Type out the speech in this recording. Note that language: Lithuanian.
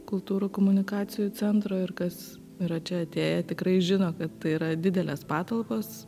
kultūrų komunikacijų centro ir kas yra čia atėję tikrai žino kad tai yra didelės patalpos